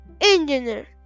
engineer